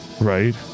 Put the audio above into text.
Right